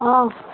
অঁ